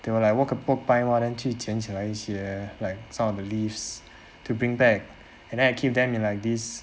they will like walk walk find lor 去捡起来一些 like some of the leafs to bring back and then I keep them in like this